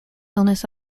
illness